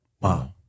Wow